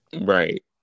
Right